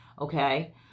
okay